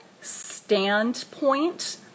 standpoint